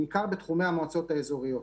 בעיקר בתחומי המועצות האזוריות.